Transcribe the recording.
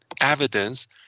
evidence